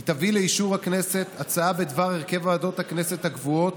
היא תביא לאישור הכנסת הצעה בדבר הרכב ועדות הכנסת הקבועות.